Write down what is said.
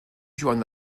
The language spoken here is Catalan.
joan